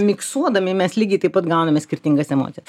miksuojami mes lygiai taip pat gauname skirtingas emocijas